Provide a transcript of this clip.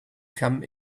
come